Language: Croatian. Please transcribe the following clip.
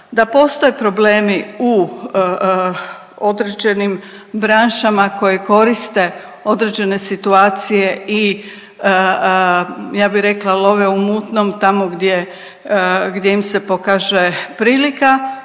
Da postoje problemi u određenim branšama koje koriste određene situacije i ja bi rekla love u mutnom tamo gdje, gdje im se pokaže prilika,